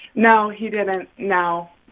no, he didn't. no.